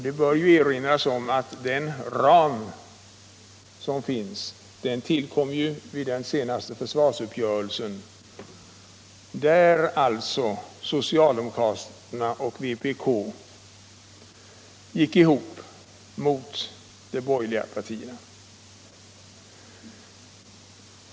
Det bör erinras om att den ram som finns tillkom vid den senaste försvarsuppgörelsen — där alltså socialdemokraterna och vpk gick ihop mot de borgerliga partierna.